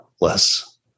less